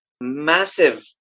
massive